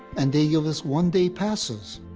and they gave us one-day passes.